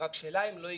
רק שאליי הם לא הגיעו.